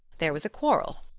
there was a quarrel.